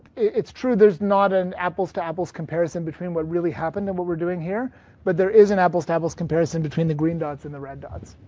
it's true there's not an apples to apples comparison between what really happened and what we're doing here but there is an apples to apples comparison between the green dots and the red dots.